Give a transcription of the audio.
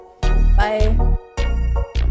Bye